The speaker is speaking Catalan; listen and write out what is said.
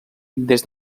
des